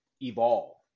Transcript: evolve